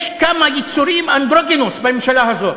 יש כמה יצורים, אנדרוגינוס, בממשלה הזאת,